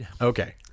Okay